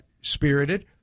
spirited